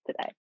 today